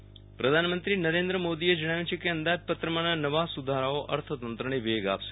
એમ અંદાજપત્ર પ્રધાનમંત્રી નરેન્દ્ર મોદીએ જણાવ્યુ છે કે અંદાજપત્રમાં ના નવા સુધારાઓ અર્થતંત્રને વેગ આપશે